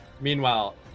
Meanwhile